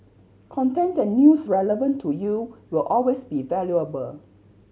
content and news relevant to you will always be valuable